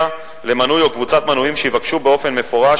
למנוי או קבוצת מנויים שיבקשו באופן מפורש,